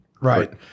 right